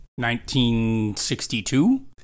1962